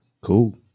cool